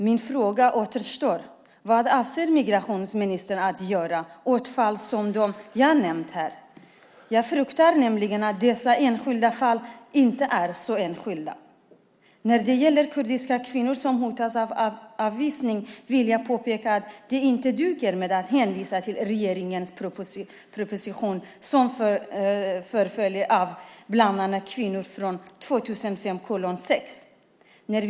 Min fråga återstår: Vad avser migrationsministern att göra åt fall som de jag har nämnt här? Jag fruktar nämligen att dessa enskilda fall inte är så enskilda. När det gäller kurdiska kvinnor som hotas av avvisning vill jag påpeka att det inte duger att hänvisa till regeringens proposition från 2005/06 om förföljelse av bland annat kvinnor.